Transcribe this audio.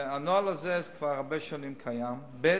הנוהל הזה קיים כבר הרבה שנים, ב.